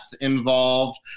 involved